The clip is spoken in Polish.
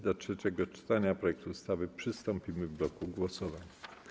Do trzeciego czytania projektu ustawy przystąpimy w bloku głosowań.